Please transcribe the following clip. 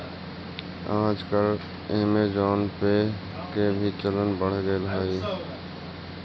आजकल ऐमज़ान पे के भी चलन बढ़ गेले हइ